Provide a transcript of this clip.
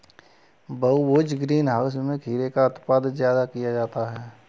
बहुभुज greenhouse में खीरा का उत्पादन ज्यादा किया जाता है